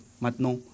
maintenant